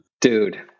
Dude